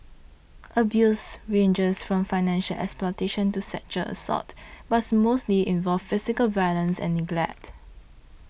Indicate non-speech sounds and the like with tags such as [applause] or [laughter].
abuse ranges from financial exploitation to sexual assault but [noise] mostly involves physical violence and neglect